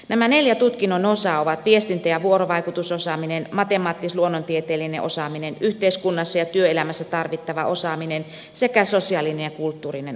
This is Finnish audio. nämä neljä tutkinnon osaa ovat viestintä ja vuorovaikutusosaaminen matemaattis luonnontieteellinen osaaminen yhteiskunnassa ja työelämässä tarvittava osaaminen sekä sosiaalinen ja kulttuurinen osaaminen